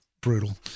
brutal